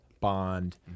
bond